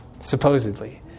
Supposedly